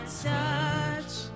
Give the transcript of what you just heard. touch